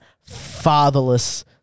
fatherless